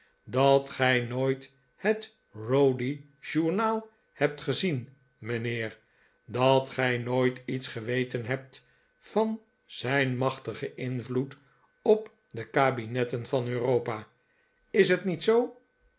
dat gij nooit het rowdy journal hebt gezien mijnheer dat gij nooit iets geweten hebt van zijn machtigen invloed op de kabinetten van europa is het niet zoo